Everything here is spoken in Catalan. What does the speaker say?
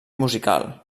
musical